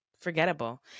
forgettable